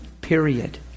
Period